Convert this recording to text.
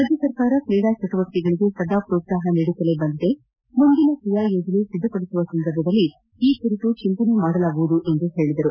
ರಾಜ್ಯ ಸರ್ಕಾರ ಕ್ರೀಡಾ ಚಟುವಟಕೆಗಳಗೆ ಸದಾ ಪ್ರೋತ್ಲಾಪ ನೀಡುತ್ತಲೇ ಬಂದಿದೆ ಮುಂದಿನ ಕ್ರಿಯಾಯೋಜನೆ ಸಿದ್ಧಪಡಿಸುವ ಸಂದರ್ಭದಲ್ಲಿ ಈ ಕುರಿತು ಚಿಂತನೆ ಮಾಡಲಾಗುವುದು ಎಂದು ಹೇಳಿದರು